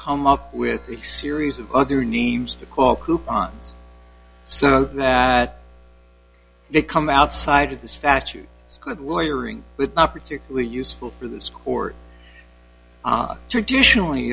come up with a series of other names to call coupons so that they come outside of the statute it's good lawyer with not particularly useful for this court traditionally